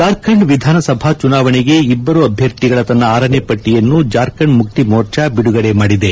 ಜಾರ್ಖಂಡ್ ವಿಧಾನಸಭಾ ಚುನಾವಣೆಗೆ ಇಬ್ಬರು ಅಭ್ಯರ್ಥಿಗಳ ತನ್ನ ಆರನೆಯ ಪಟ್ಟಿಯನ್ನು ಜಾರ್ಖಂಡ್ ಮುಕ್ತಿ ಮೋರ್ಛಾ ಬಿಡುಗಡೆ ಮಾಡಿದೆ